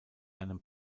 einem